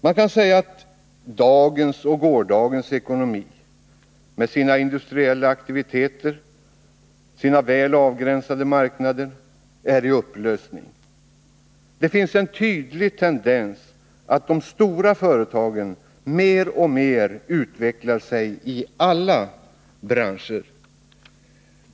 Man kan säga att dagens och gårdagens ekonomi med sina industriella aktiviteter, sina väl avgränsade marknader, är i upplösning. Det finns en tydlig tendens att de stora företagen mer och mer utvecklar sig i alla branscher.